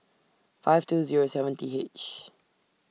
five two Zero seven T H